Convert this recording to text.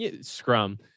Scrum